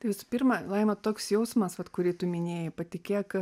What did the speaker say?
visų pirma laima toks jausmas vat kurį tu minėjai patikėk